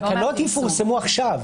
התקנות יפורסמו עכשיו.